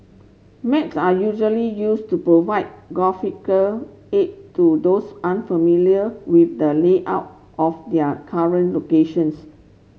maps are usually used to provide aid to those unfamiliar with the layout of their current locations